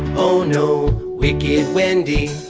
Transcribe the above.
oh no, wicked wendy.